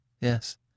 Yes